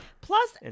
Plus